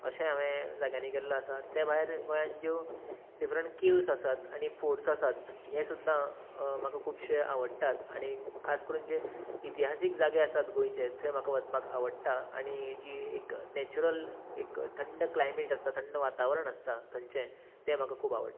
अशेंय हांवें जाग्यानीं गेल्लो आसा तें भायर गोंयांत ज्यो डिफ्रंन्ट केव्स आसात आनी फोर्ट्स आसात हें सुद्दां म्हाका खुबशें आवडटात आनी खास करून जें इतिहासीक जागे आसात गोंयचे थंय म्हाका वचपाक आवडटा आनी जी एक नॅचरल एक थंड क्लायमेट आसा थंड वातावरण आसता थंयचें तें म्हाका खूब आवडटा